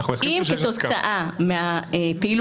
והוא לא מדווח לאף אחד מהאחים.